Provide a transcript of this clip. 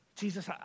Jesus